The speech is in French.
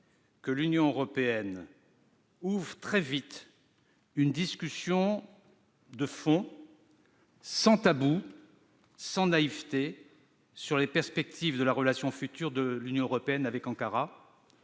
que l'Union européenne ouvre très vite une discussion de fond, sans tabou ni naïveté, sur les perspectives de la relation future de l'Union européenne avec Ankara.